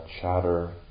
chatter